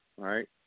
right